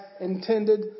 intended